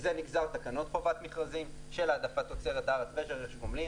מזה נגזר תקנות חובת מכרזים של העדפת תוצרת הארץ ורכש גומלין